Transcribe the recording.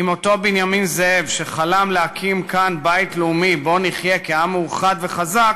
אם אותו בנימין זאב שחלם להקים כאן בית לאומי שבו נחיה כעם מאוחד וחזק,